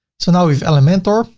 so now we have elementor.